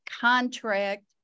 contract